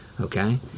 okay